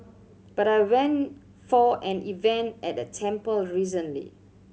but I went for an event at a temple recently